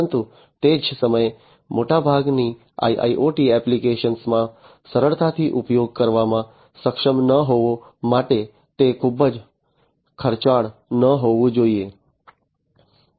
પરંતુ તે જ સમયે મોટાભાગની IIoT એપ્લિકેશન્સ માં સરળતાથી ઉપયોગ કરવામાં સક્ષમ ન હોવા માટે તે ખૂબ ખર્ચાળ ન હોવું જોઈએ